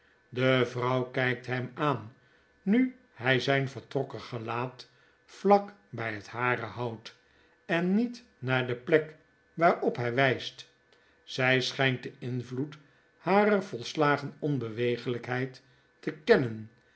de vrouw kykt hem aan nu h zijn vertrokken gelaat vlak bij het hare houdt en niet naar de plek waarop hy wijst zij schijnt den invloed harer volslagen onbewegelijkheid te kennen